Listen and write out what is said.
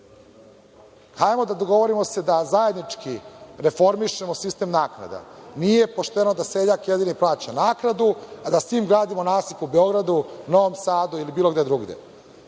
da se dogovorimo da zajednički reformišemo sistem naknada. Nije pošteno da seljak jedini plaća naknadu, a da svi gradimo nasip u Beogradu, Novom Sadu ili bilo gde drugde.